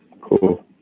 Cool